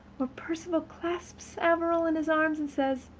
where perceval clasps averil in his arms and says,